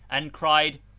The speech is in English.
and cried,